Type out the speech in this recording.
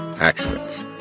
accidents